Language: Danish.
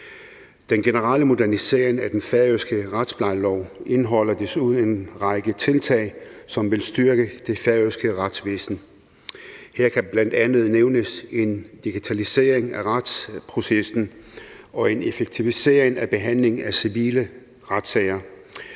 Den generelle modernisering af den færøske retsplejelov indeholder desuden en række tiltag, som vil styrke det færøske retsvæsen. Her kan bl.a. nævnes en digitalisering af retsprocessen og en effektivisering af behandlingen af civile retssager.